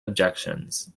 objections